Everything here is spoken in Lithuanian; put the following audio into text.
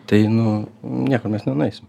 tai nu niekur mes nenueisim